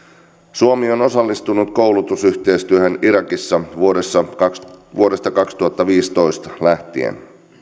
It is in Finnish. suomi on osallistunut koulutusyhteistyöhön irakissa vuodesta kaksituhattaviisitoista lähtien